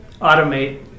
automate